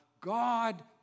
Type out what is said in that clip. God